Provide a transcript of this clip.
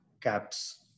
caps